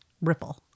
Ripple